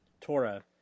Torah